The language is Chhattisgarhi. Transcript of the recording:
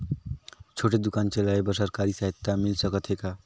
छोटे दुकान चलाय बर सरकारी सहायता मिल सकत हे का?